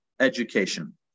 Education